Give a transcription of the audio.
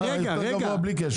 אתה יותר גבוה בלי קשר.